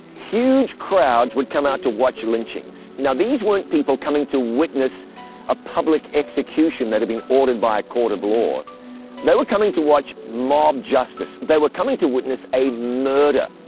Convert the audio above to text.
huge crowds would come out to watch lynchings. now, these weren't people coming to witness a public execution that had been ordered by a court of law they were coming to watch mob justice. they were coming to witness a murder.